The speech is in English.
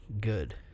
Good